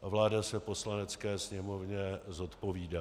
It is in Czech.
Vláda se Poslanecké sněmovně zodpovídá.